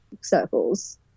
circles